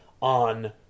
on